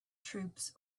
troops